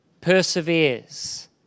perseveres